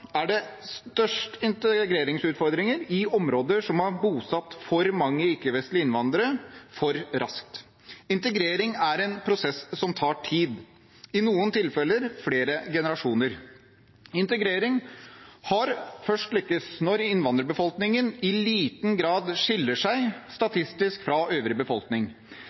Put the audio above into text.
er det størst integreringsutfordringer i områder som har bosatt for mange ikke-vestlige innvandrere for raskt. Integrering er en prosess som tar tid, i noen tilfeller flere generasjoner. Integrering har først lyktes når innvandrerbefolkningen i liten grad skiller seg statistisk fra øvrig befolkning